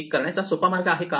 हे करण्याचा सोपा मार्ग आहे का